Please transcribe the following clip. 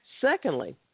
Secondly